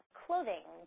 .clothing